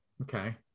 Okay